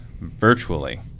virtually